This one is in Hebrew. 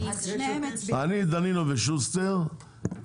אני דנינו ושוסטר,